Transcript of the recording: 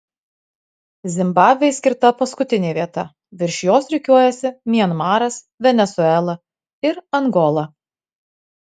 zimbabvei skirta paskutinė vieta virš jos rikiuojasi mianmaras venesuela ir angola